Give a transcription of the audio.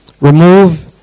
remove